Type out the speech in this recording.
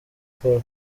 paul